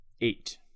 Eight